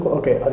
okay